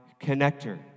connector